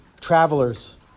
Travelers